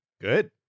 Good